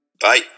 Bye